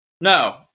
No